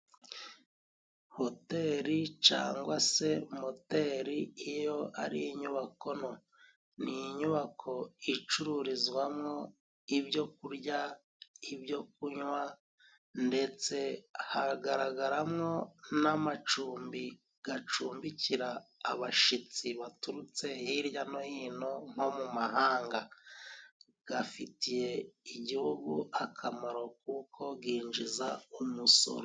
Hoteri cyangwa se moteri, iyo ari inyubako nto. Ni inyubako icururizwamo ibyo kurya, ibyo kunywa, ndetse hagaragaramo n'amacumbi acumbikira abashyitsi baturutse hirya no hino nko mu mahanga. Afitiye Igihugu akamaro kuko yinjiza umusoro.